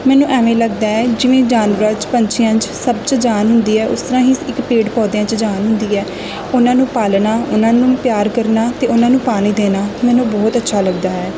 ਮੈਨੂੰ ਐਵੇਂ ਲੱਗਦਾ ਹੈ ਜਿਵੇਂ ਜਾਨਵਰਾਂ 'ਚ ਪੰਛੀਆਂ 'ਚ ਸਭ 'ਚ ਜਾਨ ਹੁੰਦੀ ਹੈ ਉਸ ਤਰ੍ਹਾਂ ਹੀ ਇੱਕ ਪੇੜ ਪੌਦਿਆਂ 'ਚ ਜਾਨ ਹੁੰਦੀ ਹੈ ਉਹਨਾਂ ਨੂੰ ਪਾਲਣਾ ਉਹਨਾਂ ਨੂੰ ਪਿਆਰ ਕਰਨਾ ਅਤੇ ਉਹਨਾਂ ਨੂੰ ਪਾਣੀ ਦੇਣਾ ਮੈਨੂੰ ਬਹੁਤ ਅੱਛਾ ਲੱਗਦਾ ਹੈ